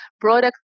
product